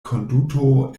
konduto